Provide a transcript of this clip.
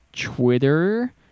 twitter